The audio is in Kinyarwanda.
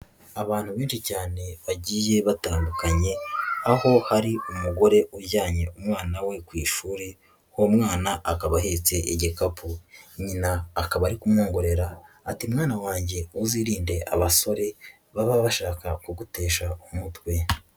Abantu benshi cyane bagiye batandukanye, aho hari umugore ujyanye umwana we ku ishuri,'uwo mwana akaba ahetse igikapu. Nyina akaba ari kumwongorera ati "mwana wanjye uzirinde abasore baba bashaka kugutesha umutwe".